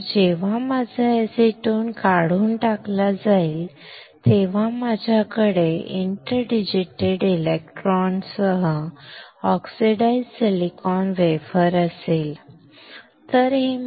तर जेव्हा माझा एसीटोन काढून टाकला जाईल तेव्हा माझ्याकडे इंटरडिजिटेटेड इलेक्ट्रॉन सह ऑक्सिडाइज्ड सिलिकॉन वेफर असेल बरोबर